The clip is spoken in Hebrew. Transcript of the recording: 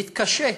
יתקשה,